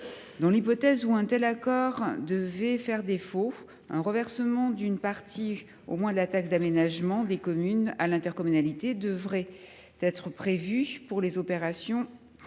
Dans l’hypothèse où un tel accord ferait défaut, un reversement d’une partie au moins de la taxe d’aménagement des communes à l’intercommunalité devrait être prévu pour les opérations